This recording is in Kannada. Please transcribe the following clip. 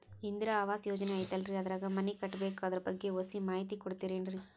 ಇಂದಿರಾ ಆವಾಸ ಯೋಜನೆ ಐತೇಲ್ರಿ ಅದ್ರಾಗ ಮನಿ ಕಟ್ಬೇಕು ಅದರ ಬಗ್ಗೆ ಒಸಿ ಮಾಹಿತಿ ಕೊಡ್ತೇರೆನ್ರಿ?